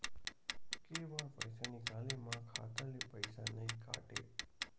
के बार पईसा निकले मा खाता ले पईसा नई काटे?